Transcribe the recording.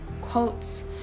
quotes